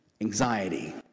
anxiety